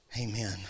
Amen